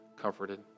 comforted